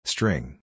String